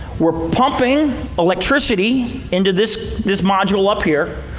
we're pumping electricity into this this module up here.